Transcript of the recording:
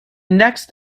next